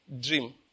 dream